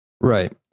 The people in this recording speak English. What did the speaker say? right